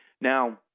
Now